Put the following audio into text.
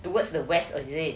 towards the west is it